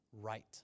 right